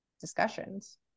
discussions